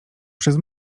przez